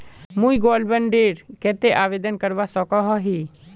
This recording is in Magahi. मुई गोल्ड बॉन्ड डेर केते आवेदन करवा सकोहो ही?